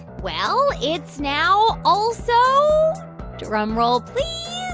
well, it's now also drum roll, please.